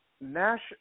Nash